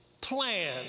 plan